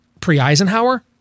pre-Eisenhower